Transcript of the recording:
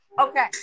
Okay